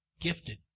gifted